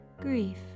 grief